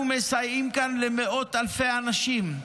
אנחנו מסייעים כאן למאות אלפי אנשים.